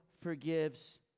forgives